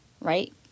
right